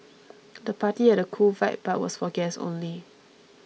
the party had a cool vibe but was for guests only